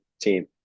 team